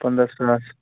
پنٛداہ ساس